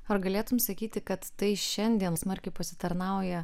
ar galėtum sakyti kad tai šiandien smarkiai pasitarnauja